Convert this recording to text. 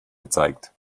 gezeigt